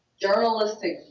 journalistic